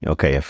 Okay